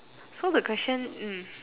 so the question mm